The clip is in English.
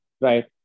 right